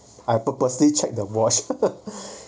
I purposely check the watch